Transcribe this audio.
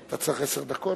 אתה צריך עשר דקות,